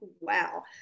wow